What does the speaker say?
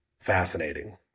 fascinating